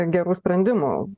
gerų sprendimų